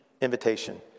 invitation